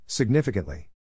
significantly